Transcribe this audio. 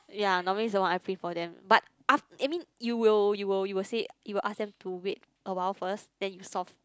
ya normally is the one I print for them but af~ I mean you will you will you will say you will ask them to wait a while first then you solve